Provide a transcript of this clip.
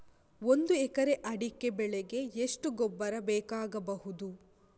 ಒಂದು ಎಕರೆ ಅಡಿಕೆ ಬೆಳೆಗೆ ಎಷ್ಟು ಗೊಬ್ಬರ ಬೇಕಾಗಬಹುದು?